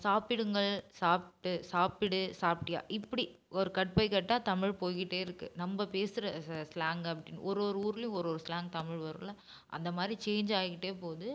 சாப்பிடுங்கள் சாப்பிட்டு சாப்பிடு சாப்பிட்டியா இப்படி ஒரு கட் பை கேட்டா தமிழ் போய்கிட்டே இருக்குது நம்ம பேசுகிற ஸ ஸ்லாங்க் அப்படினு ஒரு ஒரு ஊர்லேயும் ஒரு ஒரு ஸ்லாங்க் தமிழ் வரும்ல அந்த மாதிரி சேஞ்ச் ஆகிக்கிட்டே போகுது